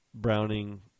Browning